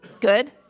Good